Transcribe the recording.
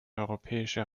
europäische